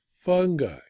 fungi